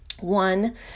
One